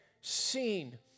seen